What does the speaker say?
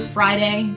Friday